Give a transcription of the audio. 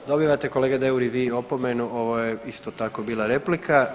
Dobivate kolega Deur i vi opomenu, ovo je isto tako bila replika.